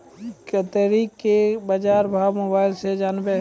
केताड़ी के बाजार भाव मोबाइल से जानवे?